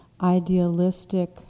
idealistic